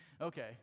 okay